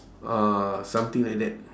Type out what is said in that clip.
ah something like that